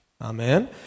Amen